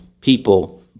people